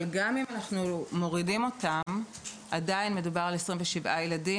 אבל גם אם אנחנו מורידים אותם עדיין מדובר על 27 ילדים.